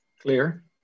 Clear